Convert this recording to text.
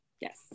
Yes